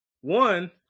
one